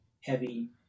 heavy